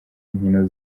nkino